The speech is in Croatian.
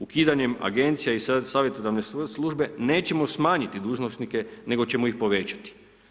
Ukidanjem agencija i savjetodavne službe nećemo smanjiti dužnosnike nego ćemo ih povećati.